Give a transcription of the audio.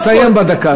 תסיים בדקה הזאת.